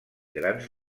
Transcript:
grans